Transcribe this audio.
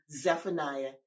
Zephaniah